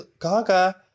Gaga